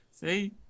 See